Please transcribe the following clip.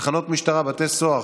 תודה רבה.